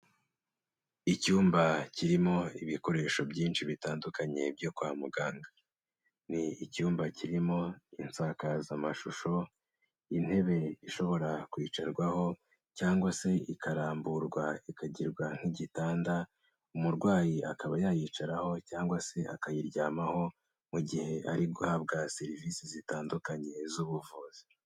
Icyumba kirimo ibikoresho byinshi bitandukanye byo kwa muganga, ni icyumba kirimo insakazamashusho, intebe ishobora kwicarwaho cyangwa se ikaramburwa ikagirwa nk'igitanda, umurwayi akaba yayicaraho cyangwa se akayiryamaho mu gihe ari guhabwa serivisi zitandukanye z'ubuvuzi.